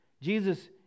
Jesus